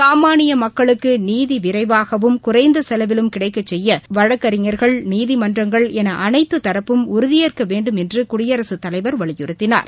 சாமானியமக்களுக்குநீதிவிரைவாகவும் குறைந்தசெலவிலும் கிடைக்கச் செய்யவழக்கறிஞர்கள் நீதிமன்றங்கள் எனஅனைத்துத் தரப்பும் உறுதியேற்கவேண்டும் என்றுகுடியரசுத் தலைவர் வலியுறுத்தினார்